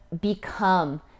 become